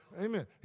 Amen